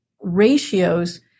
ratios